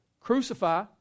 Crucify